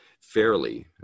fairly